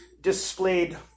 displayed